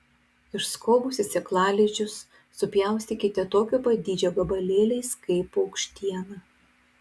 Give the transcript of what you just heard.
išskobusi sėklalizdžius supjaustykite tokio pat dydžio gabalėliais kaip paukštieną